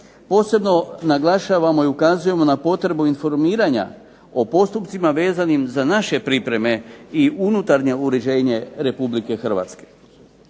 Posebno naglašavamo i ukazujemo na potrebu informiranja o postupcima vezanim za naše pripreme i unutarnje uređenje Republike Hrvatske.